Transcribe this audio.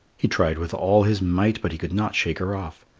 he tried with all his might but he could not shake her off.